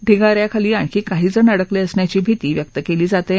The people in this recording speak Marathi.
ढिगा याखाली आणखी काही जण अडकले असण्याची भीती व्यक्त केली जात आहे